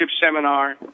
Seminar